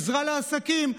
עזרה לעסקים,